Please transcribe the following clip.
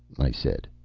i said.